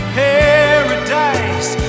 paradise